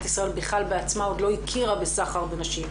ישראל בעצמה עוד לא הכירה בכלל בסחר בנשים,